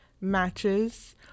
matches